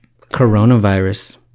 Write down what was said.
coronavirus